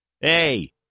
Hey